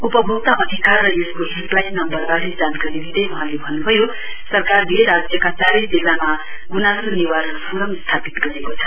उपभोक्ता अधिकार र यसको हेल्पलाइन नम्बरबारे जानकारी दिँदै वहाँले भन्न् भयो सरकारले राज्यका चारै जिल्लामा गुनासो निवारण फोरम स्थापित गरेको छ